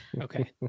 Okay